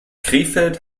krefeld